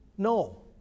No